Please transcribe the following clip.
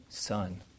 Son